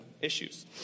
issues